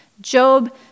Job